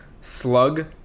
slug